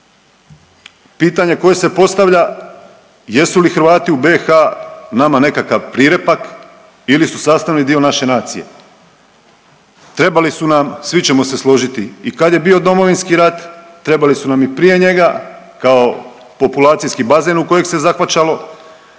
Pitanje koje se postavlja jesu li Hrvati u BiH nama nekakav prirepak ili su sastavni dio naše nacije? Trebali su nam svi ćemo se složiti i kad je bio Domovinski rat, trebali su nam i prije njega kao populacijski bazen u kojeg se zahvaćalo.